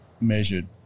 measured